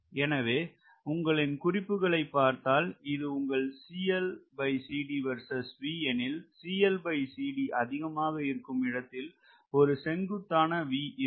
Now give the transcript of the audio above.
எனவே உங்களின் குறிப்புகளை பார்த்தால் இது உங்கள் எனில் அதிகமாக இருக்கும் இடத்தில ஒரு செங்குத்தான V இருக்கும்